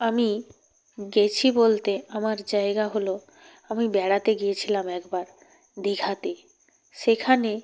আমি গেছি বলতে আমার জায়গা হল আমি বেড়াতে গিয়েছিলাম একবার দিঘাতে সেখানে